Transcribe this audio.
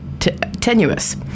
Tenuous